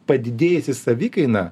padidėjusi savikaina